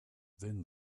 then